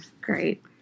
great